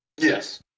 Yes